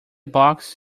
box